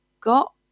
got